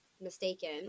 mistaken